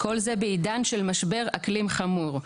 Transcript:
כל זה בעידן של משבר אקלים חמור.